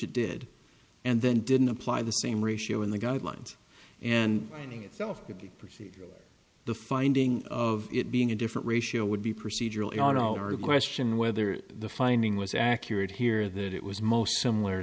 it did and then didn't apply the same ratio in the guidelines and finding itself to be procedural the finding of it being a different ratio would be procedural question whether the finding was accurate here that it was most similar